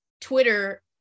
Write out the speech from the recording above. twitter